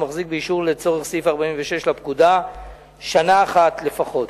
מחזיק באישור לצורך סעיף 46 לפקודה שנה אחת לפחות.